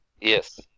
Yes